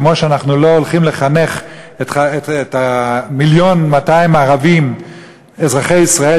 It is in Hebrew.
כמו שאנחנו לא הולכים לחנך 1.2 מיליון ערבים אזרחי ישראל,